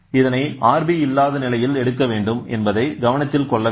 இதனை Rb இல்லாத நிலையில் எடுக்க வேண்டும் என்பதை கவனத்தில் கொள்ள வேண்டும்